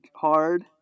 hard